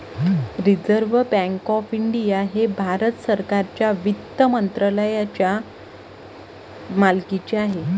reserve bank of India हे भारत सरकारच्या वित्त मंत्रालयाच्या मालकीचे आहे